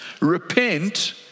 repent